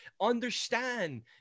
understand